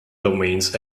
domains